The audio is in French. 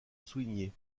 souligné